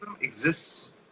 exists